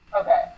Okay